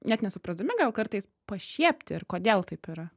net nesuprasdami gal kartais pašiepti ir kodėl taip yra